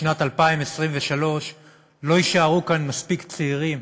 בשנת 2023 לא יישארו כאן מספיק צעירים